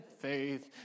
faith